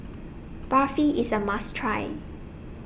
Barfi IS A must Try